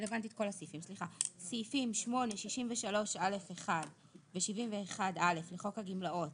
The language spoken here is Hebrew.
סעיפים 8, 63א1 ו-71א לחוק הגמלאות